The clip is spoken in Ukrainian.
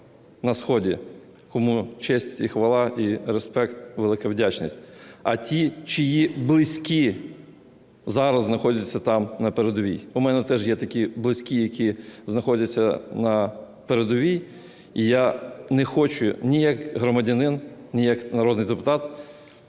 на сході, кому честь і хвала, і респект, і велика вдячність, а ті, чиї близькі зараз знаходяться там, на передовій. У мене теж є такі близькі, які знаходяться на передовій, і я не хочу ні як громадянин, ні як народний депутат